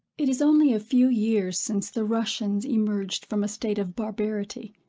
it is only a few years since the russians emerged from a state of barbarity.